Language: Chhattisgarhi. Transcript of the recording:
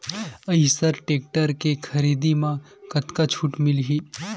आइसर टेक्टर के खरीदी म कतका छूट मिलही?